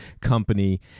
company